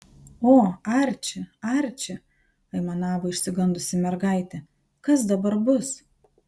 o arči arči aimanavo išsigandusi mergaitė kas dabar bus